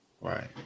Right